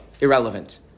irrelevant